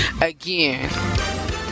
again